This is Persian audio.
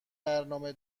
برنامه